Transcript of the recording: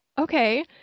Okay